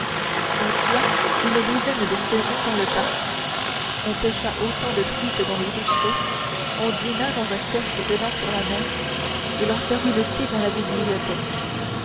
on tua une douzaine de faisans dans le parc on pêcha autant de truites dans les ruisseaux on dîna dans un kiosque donnant sur la mer et l'on servit le thé dans la bibliothèque